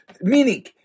Meaning